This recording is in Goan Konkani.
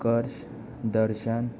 उत्कर्श दर्शन आं आं